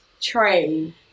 train